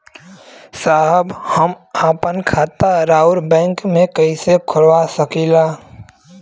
साहब हम आपन खाता राउर बैंक में कैसे खोलवा सकीला?